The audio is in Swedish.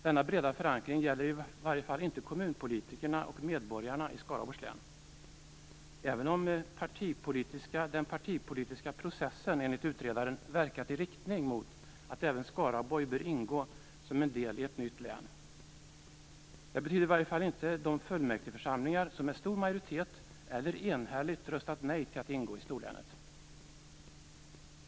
Denna breda förankring gäller i varje fall inte kommunpolitikerna och medborgarna i Skaraborgs län, även om den partipolitiska processen enligt utredaren verkat i riktning mot att även Skaraborg bör ingå som en del i ett nytt län. Den gäller i varje fall inte de fullmäktigeförsamlingar som med stor majoritet eller enhälligt röstat nej till att ingå i storlänet.